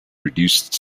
produced